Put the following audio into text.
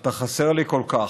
אתה חסר לי כל כך,